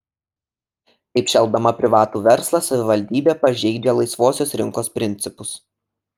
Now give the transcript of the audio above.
taip šelpdama privatų verslą savivaldybė pažeidžia laisvosios rinkos principus